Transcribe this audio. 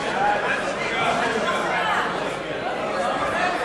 כהצעת הוועדה, נתקבל.